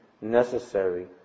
necessary